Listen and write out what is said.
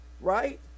right